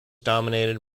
dominated